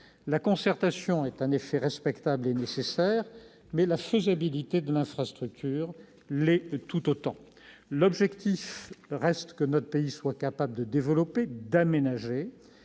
La concertation est en effet respectable et nécessaire, mais la faisabilité de l'infrastructure l'est tout autant. L'objectif reste que notre pays soit capable de développer, d'aménager.